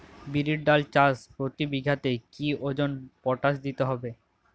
বিরির ডাল চাষ প্রতি বিঘাতে কি ওজনে পটাশ দিতে হবে?